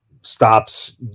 stops